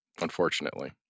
unfortunately